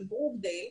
של ברוקדייל,